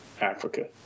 Africa